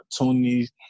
opportunities